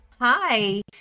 Hi